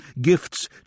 gifts